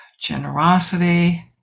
generosity